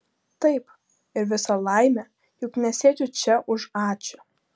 taip ir visa laimė juk nesėdžiu čia už ačiū